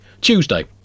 Tuesday